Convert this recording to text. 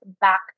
back